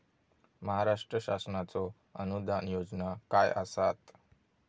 महाराष्ट्र शासनाचो अनुदान योजना काय आसत?